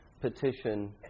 petition